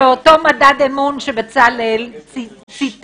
באותו מדד אמון שבצלאל ציטט,